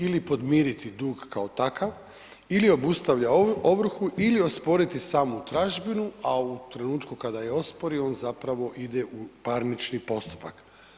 Ili podmiriti dug kao takav, ili obustavlja ovrhu ili osporiti samu tražbinu, a u trenutku kada je ospori, on zapravo ide u parnični postupak.